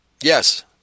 Yes